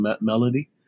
melody